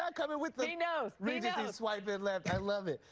um coming with the you know regency swiping left. i love it.